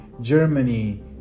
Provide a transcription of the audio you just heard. Germany